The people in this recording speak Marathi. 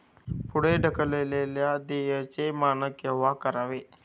पुढे ढकललेल्या देयचे मानक केव्हा करावे?